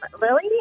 Lily